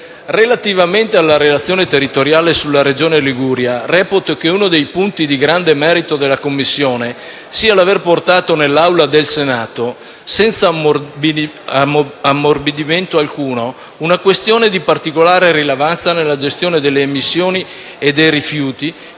Relativamente alla relazione territoriale sulla Regione Liguria, reputo che uno dei punti di grande merito della Commissione sia l'aver portato nell'Aula del Senato, senza ammorbidimento alcuno, una questione di particolare rilevanza nella gestione delle emissioni e dei rifiuti